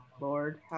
lord